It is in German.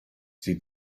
sie